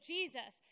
Jesus